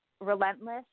Relentless